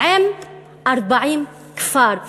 עם 40 כפרים.